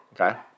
Okay